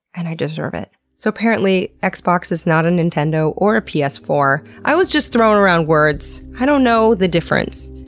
and i deserve it. so apparently xbox is not a nintendo or a p s four. i was just throwin' around words! i don't know the difference.